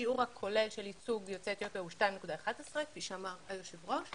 השיעור הכולל של ייצוג יוצאי אתיופיה הוא 2.11% כפי שאמר היושב-ראש.